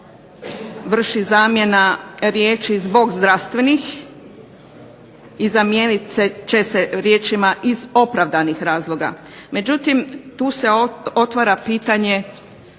vrši zamjena riječi zbog zdravstvenih i zamijenit će se riječima iz opravdanih razloga. Međutim tu se otvara pitanje